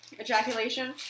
ejaculation